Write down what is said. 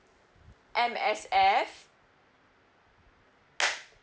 M_S_F